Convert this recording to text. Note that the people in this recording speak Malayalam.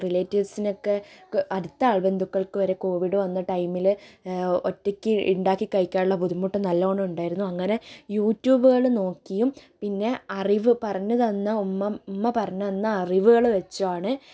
റിലേറ്റീവ്സ്സിനൊക്കെ അടുത്താകുന്ന ബന്ധുക്കൾക്ക് വരെ കോവിഡ് വന്ന ടൈമിൽ ഒറ്റക്ക് ഉണ്ടാക്കി കഴിക്കാനുള്ള ബുദ്ധിമുട്ട് നല്ലോണം ഉണ്ടായിരുന്നു അങ്ങനെ യൂറ്റൂബ്കൾ നോക്കിയും പിന്നെ അറിവ് പറഞ്ഞ് തന്ന ഉമ്മ ഉമ്മ പറഞ്ഞുതന്ന അറിവുകൾ വെച്ചുമാണ്